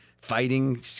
Fighting